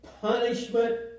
punishment